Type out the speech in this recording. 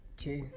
Okay